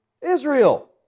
Israel